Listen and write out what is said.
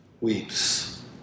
weeps